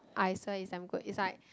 I swear is damn good is like